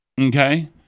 Okay